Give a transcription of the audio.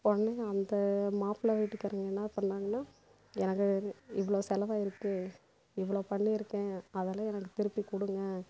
உடனே அந்த மாப்பிள வீட்டுக் காரங்க என்ன பண்ணாங்கன்னால் எனக்காக இவ்வளோ செலவாயிருக்குது இவ்வளோ பண்ணியிருக்கேன் அதெலாம் எனக்கு திருப்பி கொடுங்க